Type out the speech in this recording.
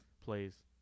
plays